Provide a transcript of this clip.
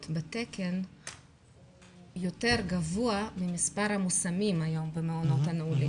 בתקן יותר גבוה ממספר המושמים היום במעונות הנוער.